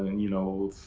you know,